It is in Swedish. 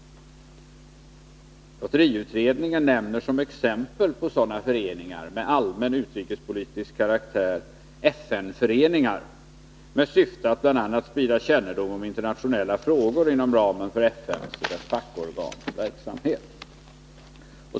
Lotteriutredningen nämner som exempel på sådana föreningar med allmän utrikespolitisk karaktär FN-föreningar med syfte att bl.a. sprida kännedom om internationella frågor inom ramen för FN:s och dess fackorgans verksamhet.